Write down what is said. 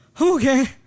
okay